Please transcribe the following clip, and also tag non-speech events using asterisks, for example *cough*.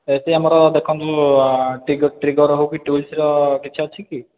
ବେଶି ଆମର ଦେଖନ୍ତୁ ଟ୍ରିଗର୍ ହଉ କି *unintelligible* ର କିଛି ଅଛି କି